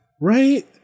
Right